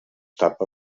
tapa